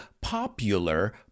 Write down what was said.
Popular